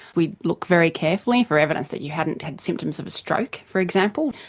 we'd look very carefully for evidence that you hadn't had symptoms of a stroke, for example,